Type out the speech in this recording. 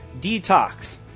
Detox